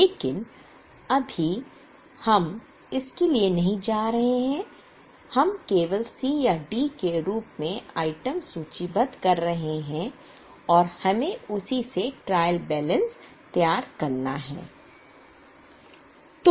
लेकिन अभी हम इसके लिए नहीं जा रहे हैं कि हम केवल C या D के रूप में आइटम सूचीबद्ध कर रहे हैं और हमें उसी से ट्रायल बैलेंस तैयार करेंगे